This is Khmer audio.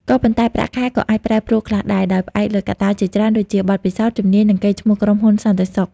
ក៏ប៉ុន្តែ ប្រាក់ខែក៏អាចប្រែប្រួលខ្លះដែរ ដោយផ្អែកលើកត្តាជាច្រើនដូចជា បទពិសោធន៍ ជំនាញ និងកេរ្តិ៍ឈ្មោះក្រុមហ៊ុនសន្តិសុខ។